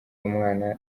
umwana